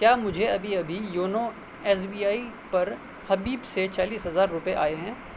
کیا مجھے ابھی ابھی یونو ایس بی آئی پر حبیب سے چالس ہزار روپے آئے ہیں